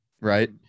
right